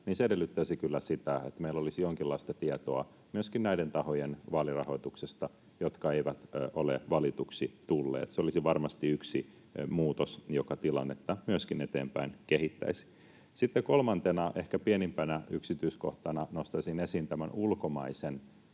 niin se edellyttäisi kyllä sitä, että meillä olisi jonkinlaista tietoa myöskin vaalirahoituksesta näille tahoille, jotka eivät ole valituksi tulleet. Se olisi varmasti yksi muutos, joka tilannetta myöskin eteenpäin kehittäisi. Sitten kolmantena, ehkä pienimpänä yksityiskohtana, nostaisin esiin ulkomaisen